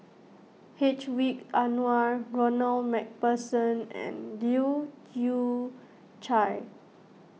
Hedwig Anuar Ronald MacPherson and Leu Yew Chye